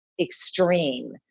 extreme